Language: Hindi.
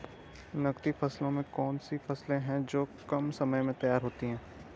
नकदी फसलों में कौन सी फसलें है जो कम समय में तैयार होती हैं?